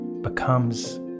becomes